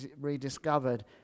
rediscovered